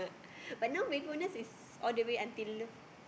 but now my bonus is all the way until